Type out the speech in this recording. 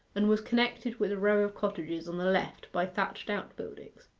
and was connected with a row of cottages on the left by thatched outbuildings.